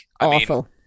awful